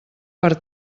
per